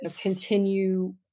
continue